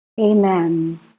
Amen